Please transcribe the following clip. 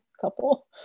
couple